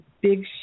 big